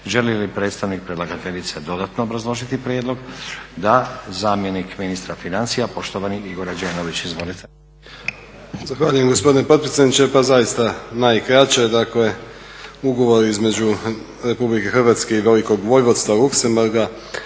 Želi li predstavnik predlagateljice dodatno obrazložiti prijedlog? Da. Zamjenik ministra financija poštovani Igor Rađenović. Izvolite. **Rađenović, Igor (SDP)** Zahvaljujem gospodine potpredsjedniče. Pa zaista najkraće, dakle ugovor između RH i Velikog Vojvodstva Luxemburga